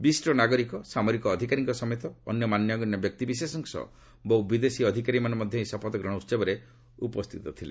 ବିଶିଷ୍ଟ ନାଗରିକ ସାମରିକ ଅଧିକାରୀଙ୍କ ସମେତ ଅନ୍ୟ ମାନ୍ୟଗଣ୍ୟ ବ୍ୟକ୍ତିବିଶେଷଙ୍କ ସହ ବହୁ ବିଦେଶୀ ଅଧିକାରୀମାନେ ମଧ୍ୟ ଏହି ଶପଥଗ୍ରହଣ ଉତ୍ସବରେ ଉପସ୍ଥିତ ଥିଲେ